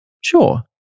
Sure